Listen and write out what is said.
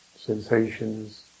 sensations